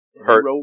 hurt